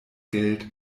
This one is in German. geld